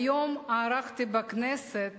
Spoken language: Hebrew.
היום ערכתי בכנסת